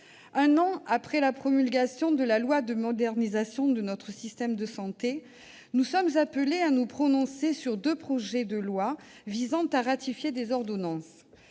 un an après la promulgation de la loi de modernisation de notre système de santé, nous sommes appelés à nous prononcer sur deux projets de loi visant à ratifier des ordonnances.